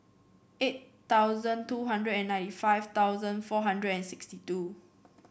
eight thousand two hundred and ninety five thousand four hundred and sixty two